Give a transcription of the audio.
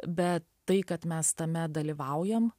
bet tai kad mes tame dalyvaujam